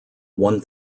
one